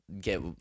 get